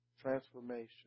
Transformation